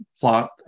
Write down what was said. plot